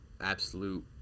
absolute